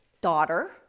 daughter